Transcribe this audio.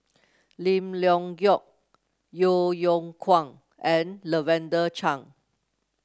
Lim Leong Geok Yeo Yeow Kwang and Lavender Chang